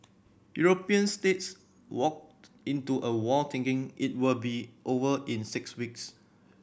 European states walked into a war thinking it will be over in six weeks